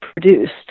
produced